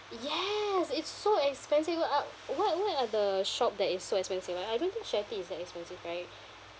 yes it's so expensive go up what what are the shop that is so expensive ah I don't think Sharetea is that expensive right